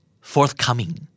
Forthcoming